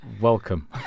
welcome